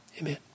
amen